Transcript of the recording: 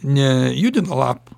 nejudina lap